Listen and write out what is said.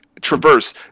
traverse